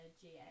GA